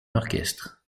orchestre